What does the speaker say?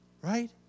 Right